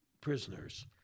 prisoners